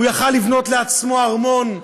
הוא היה יכול לבנות לעצמו ארמון.